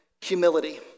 humility